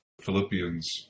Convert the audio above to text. philippians